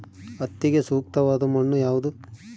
ಹತ್ತಿಗೆ ಸೂಕ್ತವಾದ ಮಣ್ಣು ಯಾವುದು?